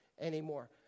anymore